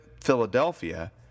Philadelphia